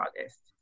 August